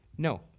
No